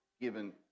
given